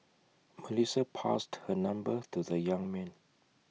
Melissa passed her number to the young man